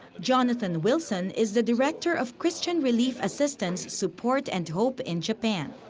jonathan wilson is the director of christian relief assistance, support and hope in japan.